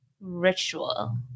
ritual